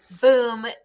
boom